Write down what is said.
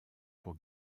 pour